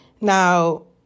Now